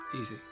Easy